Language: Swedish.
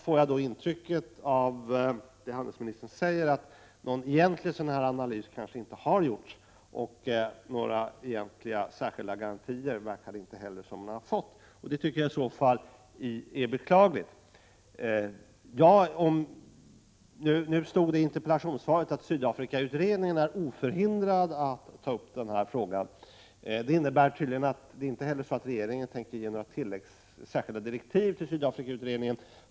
Av det utrikeshandelsministern nu säger får jag intrycket att någon sådan här analys inte har gjorts och att regeringen inte har fått några särskilda garantier, och det är i så fall beklagligt. Det står i interpellationssvaret att Sydafrikakommittén är oförhindrad att ta upp sådana här frågor. Det innebär tydligen att regeringen inte tänker ge särskilda direktiv till Sydafrikakommittén.